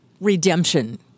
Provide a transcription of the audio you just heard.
redemption